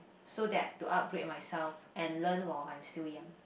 so that to upgrade myself and learn while I'm still young